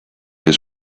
his